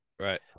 Right